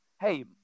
Hey